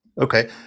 Okay